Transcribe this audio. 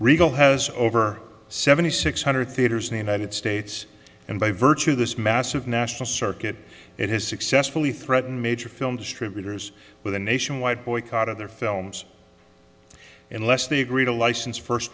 regal has over seventy six hundred theaters in the united states and by virtue of this massive national circuit it has successfully threatened major film distributors with a nationwide boycott of their films unless they agree to license first